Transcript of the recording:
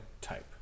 type